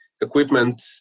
equipment